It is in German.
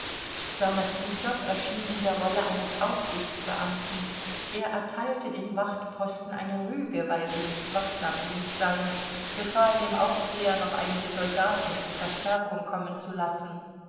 ssamoswitow erschien in der rolle eines aufsichtsbeamten er erteilte den wachtposten eine rüge weil sie nicht wachsam genug seien befahl dem aufseher noch einige soldaten zur verstärkung kommen zu lassen